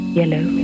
yellow